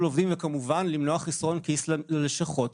עובדים וכמובן למנוע חסרון כיס ללשכות.